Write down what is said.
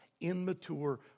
immature